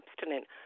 abstinent